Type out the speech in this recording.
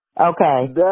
Okay